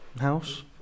house